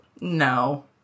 No